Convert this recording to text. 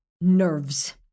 Nerves